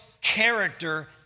character